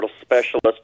specialist